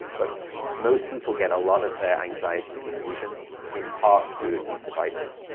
but most people get a lot of their anxiety infusion in part through these devices.